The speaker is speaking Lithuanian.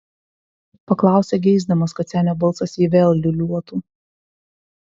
paklausė geisdamas kad senio balsas jį vėl liūliuotų